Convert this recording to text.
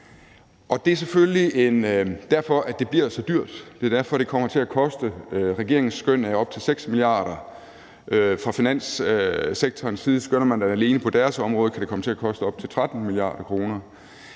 Det er selvfølgelig derfor, at det bliver så dyrt; det er derfor, det kommer til at koste, hvad regeringen skønner er op til 6 mia. kr. Far finanssektorens side skønner man alene, at det på dens område kan komme til at koste op til 13 mia. kr.